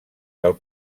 del